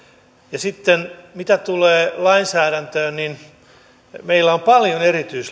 sitten mitä tulee lainsäädäntöön niin meillä on paljon erityislainsäädäntöä joka